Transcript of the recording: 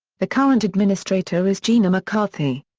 the current administrator is gina mccarthy.